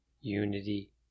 Unity